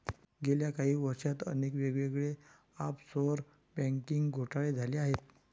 गेल्या काही वर्षांत अनेक वेगवेगळे ऑफशोअर बँकिंग घोटाळे झाले आहेत